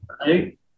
right